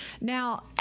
now